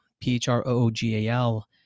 P-H-R-O-O-G-A-L